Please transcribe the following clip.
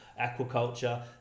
aquaculture